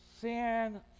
sin